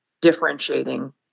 differentiating